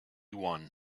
one